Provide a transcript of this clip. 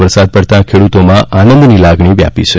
વરસાદ પડતાં ખેડૂતોમાં આનંદની લાગણી વ્યાપી છે